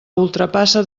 ultrapassa